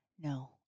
no